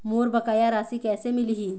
मोर बकाया राशि कैसे मिलही?